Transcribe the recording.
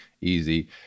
easy